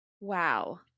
Wow